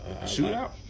shootout